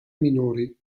minori